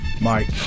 Mike